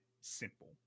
simple